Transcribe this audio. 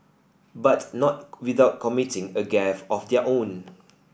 but not without committing a gaffe of their own